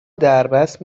دربست